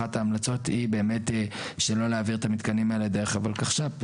אחת ההמלצות היא באמת שלא להעביר את המתקנים האלה דרך הולקחש"פ.